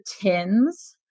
tins